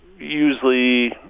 Usually